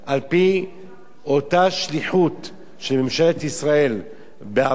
על-פי אותה שליחות של ממשלת ישראל בעבר,